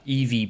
EV